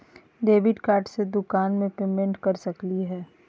Debit card से दुकान में पेमेंट कर सकली हई?